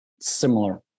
similar